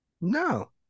No